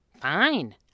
Fine